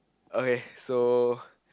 okay so